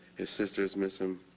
his sisters miss him,